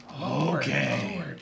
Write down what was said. Okay